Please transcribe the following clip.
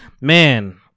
Man